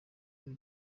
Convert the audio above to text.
kuri